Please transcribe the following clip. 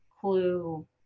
clue